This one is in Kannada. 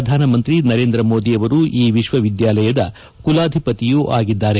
ಪ್ರಧಾನಮಂತ್ರಿ ನರೇಂದ್ರ ಮೋದಿ ಅವರು ಈ ವಿಶ್ವವಿದ್ಯಾಲಯದ ಕುಲಾದಿಪತಿಯೂ ಆಗಿದ್ದಾರೆ